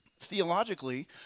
theologically